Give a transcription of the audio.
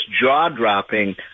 jaw-dropping